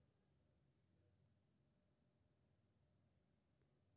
analogue वानिकी वन पुनर्रोपण के एकटा तरीका छियै